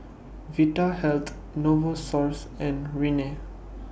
Vitahealth Novosource and Rene